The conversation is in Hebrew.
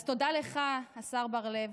אז תודה לך, השר בר לב.